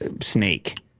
snake—